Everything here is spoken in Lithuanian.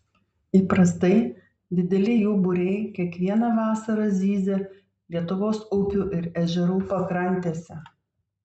įprastai dideli jų būriai kiekvieną vasarą zyzia lietuvos upių ir ežerų pakrantėse